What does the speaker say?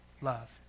love